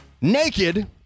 Naked